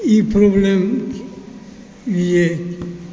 ई problem जे